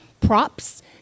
props